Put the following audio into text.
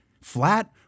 Flat